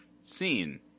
seen